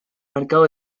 mercado